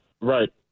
Right